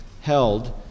held